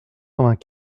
vingt